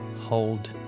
hold